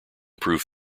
prove